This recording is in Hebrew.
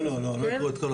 לא, לא, אין